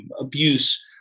abuse